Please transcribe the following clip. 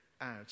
out